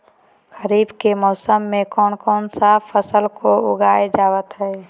खरीफ के मौसम में कौन कौन सा फसल को उगाई जावत हैं?